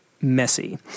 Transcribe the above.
messy